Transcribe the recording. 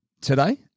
today